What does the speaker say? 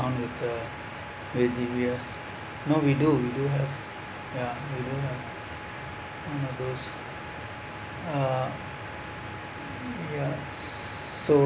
account with the with D_B_S no we do we do have ya we do have some are those are ya so